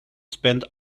spend